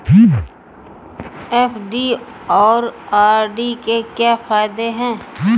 FD और RD के क्या फायदे हैं?